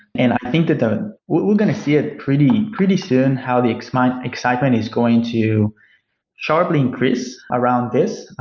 and i think that the we're going to see ah pretty pretty soon how the excitement excitement is going to sharply increase around this.